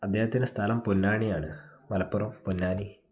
അദ്ദേഹത്തിൻ്റെ സ്ഥലം പൊന്നാനിയാണ് മലപ്പുറം പൊന്നാനി